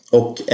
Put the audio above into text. och